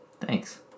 Thanks